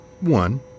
One